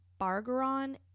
Bargeron